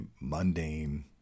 mundane